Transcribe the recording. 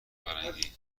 فرنگی